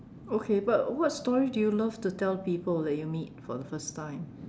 okay but what story do you love to tell people that you meet for the first time